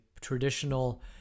traditional